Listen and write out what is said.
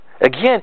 Again